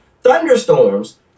Thunderstorms